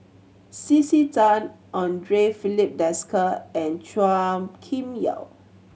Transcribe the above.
C C Tan Andre Filipe Desker and Chua Kim Yeow